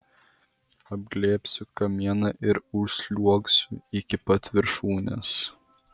apglėbsiu kamieną ir užsliuogsiu iki pat viršūnės